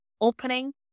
opening